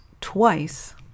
twice